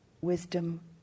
wisdom